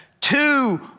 two